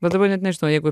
bet dabar net nežinau jeigu